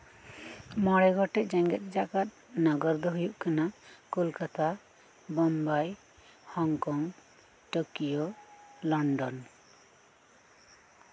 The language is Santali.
ᱢᱚᱬᱮ ᱜᱚᱴᱮᱡ ᱡᱮᱜᱮᱫ ᱡᱟᱠᱟᱫ ᱱᱟᱜᱟᱨ ᱫᱚ ᱦᱩᱭᱩᱜ ᱠᱟᱱᱟ Kolkata Mumbai Hong Kong Tokyo London